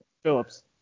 Phillips